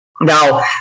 Now